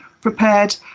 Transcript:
prepared